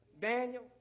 Daniel